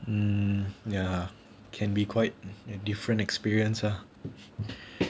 mm ya can be quite a different experience ah